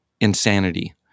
insanity